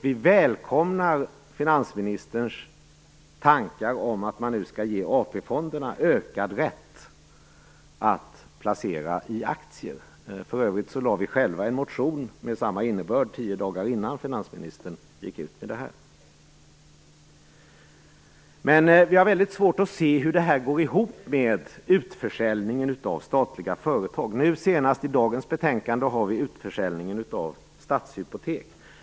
Vi välkomnar finansministerns tankar om att man nu skall ge AP-fonderna ökad rätt att placera i aktier. För övrigt lade vi själva fram en motion med samma innebörd tio dagar innan finansministern gick ut med det här. Men vi har väldigt svårt att se hur detta går ihop med utförsäljningen av statliga företag. Nu senast, i dagens betänkande, har vi utförsäljningen av Stadshypotek.